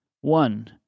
One